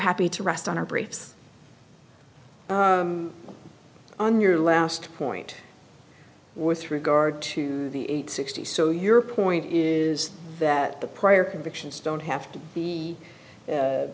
happy to rest on our briefs on your last point with regard to the sixty so your point is that the prior convictions don't have to be